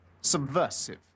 subversive